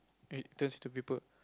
it's just two people